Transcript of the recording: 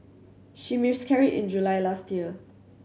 she miscarried in July last year